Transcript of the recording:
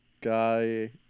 guy